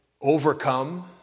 overcome